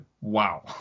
wow